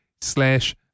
slash